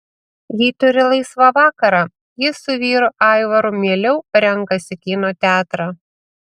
jei turi laisvą vakarą ji su vyru aivaru mieliau renkasi kino teatrą